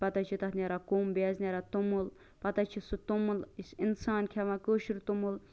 پتہٕ حظ چھُ تتھ نیران کُم بیٚیہِ حظ نیران توٚمُل پتہٕ حظ چھُ سُہ توٚمُل أسۍ اِنسان کھیٚوان کٲشُر توٚمُل